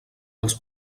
els